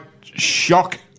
shock